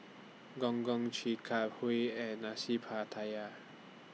Gong Gong Chi Kak Kuih and Nasi Pattaya